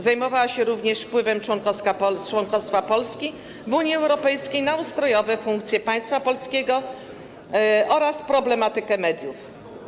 Zajmowała się również wpływem członkostwa Polski w Unii Europejskiej na ustrojowe funkcje państwa i prawa polskiego oraz problematyką mediów.